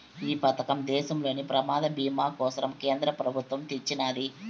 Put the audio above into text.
ఈ పదకం దేశంలోని ప్రమాద బీమా కోసరం కేంద్ర పెబుత్వమ్ తెచ్చిన్నాది